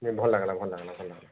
ଯେ ଭଲ୍ ଲାଗିଲା ଭଲ୍ ଲାଗିଲା ଭଲ୍ ଲାଗିଲା